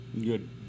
Good